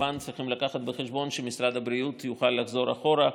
כמובן צריכים להביא בחשבון שמשרד הבריאות יוכל לחזור אחורה.